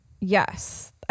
Yes